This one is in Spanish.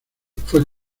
fue